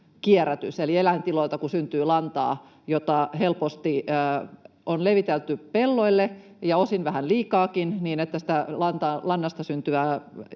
kun eläintiloilta syntyy lantaa, jota helposti on levitelty pelloille ja osin vähän liikaakin, niin että siitä lannasta syntyvää